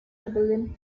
rebellion